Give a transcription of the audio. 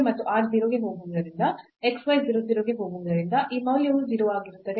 ಮತ್ತು r 0 ಗೆ ಹೋಗುವುದರಿಂದ xy 0 0 ಗೆ ಹೋಗುವುದರಿಂದ ಈ ಮೌಲ್ಯವು 0 ಆಗಿರುತ್ತದೆ